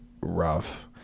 rough